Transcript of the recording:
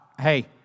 hey